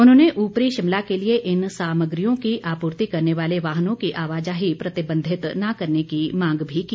उन्होंने ऊपरी शिमला के लिए इन सामग्रियों की आपूर्ति करने वाले वाहनों की आवाजाही प्रतिबंधित न करने की मांग भी की